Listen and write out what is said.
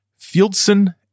Fieldson